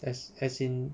as as in